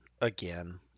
again